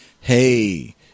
Hey